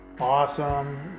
awesome